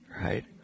right